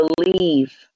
Believe